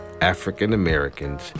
African-Americans